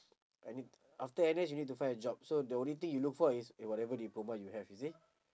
I need after N_S you need to find a job so the only thing you look for is eh whatever diploma you have you see